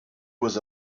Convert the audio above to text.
was